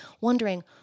wondering